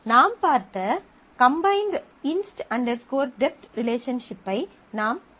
நாம் பார்த்த combined inst dept inst dept relationship ஐ நாம் காணலாம்